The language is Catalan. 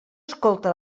escolta